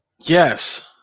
Yes